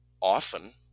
often